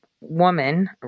woman